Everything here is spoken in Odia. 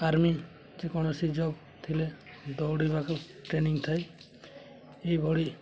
ଆର୍ମି ଯେ କୌଣସି ଜବ୍ ଥିଲେ ଦୌଡ଼ିବାକୁ ଟ୍ରେନିଂ ଥାଏ ଏହିଭଳି